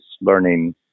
learning